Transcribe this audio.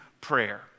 prayer